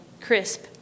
crisp